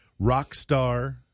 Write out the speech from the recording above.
Rockstar